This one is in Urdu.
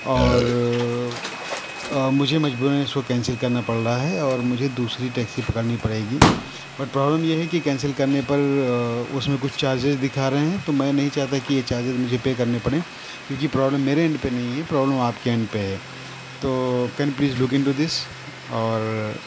اور مجھے مجبوراً اس کو کینسل کرنا پڑ رہا ہے اور مجھے دوسری ٹیکسی پکڑنی پڑے گی بٹ پرابلم یہ ہے کہ کینسل کرنے پر اس میں کچھ چارجز دکھا رہے ہیں تو میں نہیں چاہتا کہ یہ چارجز مجھے پے کرنے پڑیں کیونکہ پرابلم میرے انڈ پہ نہیں ہے پرابلم آپ کے انڈ پہ ہے تو can you please look into this اور